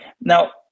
Now